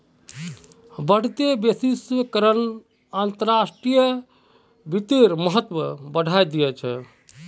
बढ़ते वैश्वीकरण अंतर्राष्ट्रीय वित्तेर महत्व बढ़ाय दिया छे